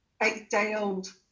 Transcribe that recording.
eight-day-old